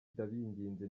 ndabinginze